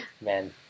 Man